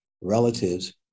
relatives